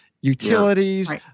utilities